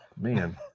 Man